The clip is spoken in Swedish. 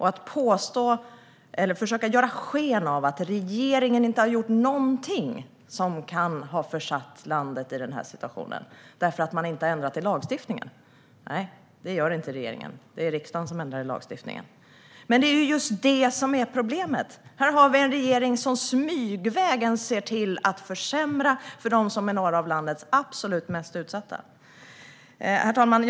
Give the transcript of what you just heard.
Man försöker att ge sken av att regeringen inte har gjort någonting som kan ha försatt landet i den här situationen därför att man inte har ändrat i lagstiftningen. Nej, det gör inte regeringen, det är riksdagen som ändrar i lagstiftningen. Men det är just det som är problemet. Regeringen ser till att smygvägen försämra för dem som är några av landets mest utsatta. Herr talman!